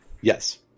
Yes